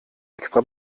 extra